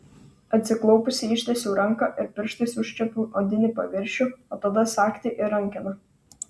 atsiklaupusi ištiesiau ranką ir pirštais užčiuopiau odinį paviršių o tada sagtį ir rankeną